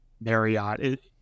Marriott